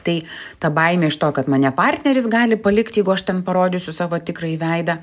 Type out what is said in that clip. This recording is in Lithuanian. tai ta baimė iš to kad mane partneris gali palikt jeigu aš ten parodysiu savo tikrąjį veidą